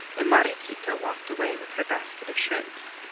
and mariequita walked away with her basket of shrimps,